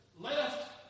left